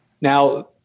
Now